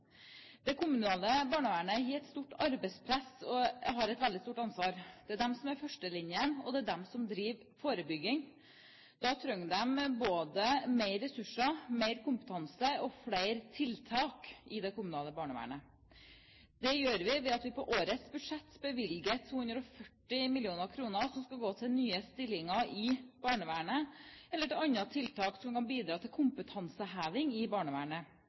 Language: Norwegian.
Det kommunale barnevernet har et stort arbeidspress og et veldig stort ansvar. Det er de som er førstelinjen, og det er de som driver forebygging. Da trenger de både mer ressurser, mer kompetanse og flere tiltak i det kommunale barnevernet. Det gjør vi ved at vi på årets budsjett bevilger 240 mill. kr som skal gå til nye stillinger i barnevernet, eller til andre tiltak som kan bidra til kompetanseheving i barnevernet.